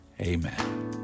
Amen